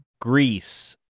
Greece